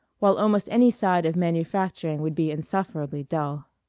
while almost any side of manufacturing would be insufferably dull.